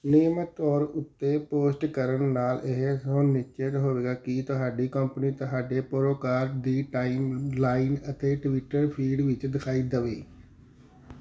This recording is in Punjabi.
ਨਿਯਮਿਤ ਤੌਰ ਉੱਤੇ ਪੋਸਟ ਕਰਨ ਨਾਲ ਇਹ ਸੁਨਿਸ਼ਚਿਤ ਹੋਵੇਗਾ ਕਿ ਤੁਹਾਡੀ ਕੰਪਨੀ ਤੁਹਾਡੇ ਪਰੋਕਾਰ ਦੀ ਟਾਈਮਲਾਈਨ ਅਤੇ ਟਵਿੱਟਰ ਫੀਡ ਵਿੱਚ ਦਿਖਾਈ ਦਵੇ